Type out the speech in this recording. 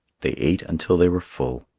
they ate until they were full.